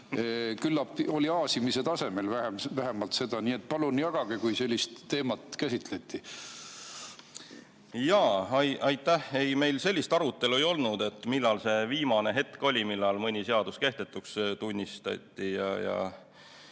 vähemalt aasimise tasemel seda, nii et palun jagage, kui sellist teemat käsitleti. Aitäh! Ei, meil sellist arutelu ei olnud, millal see viimane hetk oli, kui mõni seadus kehtetuks tunnistati.